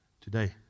today